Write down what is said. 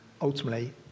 ultimately